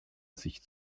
sich